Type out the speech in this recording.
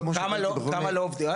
כמה לא עובדים?